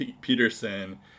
Peterson